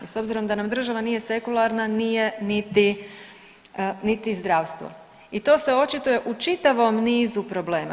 S obzirom da nam država nije sekularna, nije niti zdravstvo i to se očituje u čitavom nizu problema.